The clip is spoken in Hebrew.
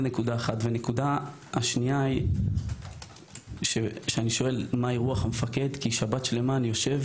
הנקודה השנייה היא שאני שואל מהי רוח המפקד כי שבת שלמה אני יושב